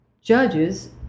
judges